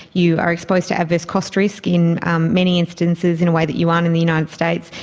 you are exposed to adverse cost risk in many instances in a way that you aren't in the united states.